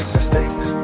mistakes